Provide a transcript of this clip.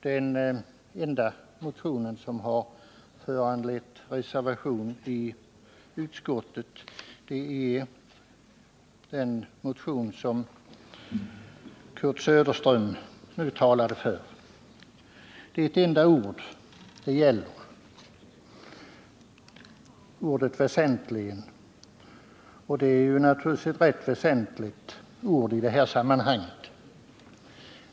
Den enda motionen som har föranlett reservation i utskottet är den motion Kurt Söderström nyss talade för. Det gäller där ett enda ord, nämligen ordet ”väsentligen”, och det är naturligtvis ett rätt väsentligt ord i det här sammanhanget.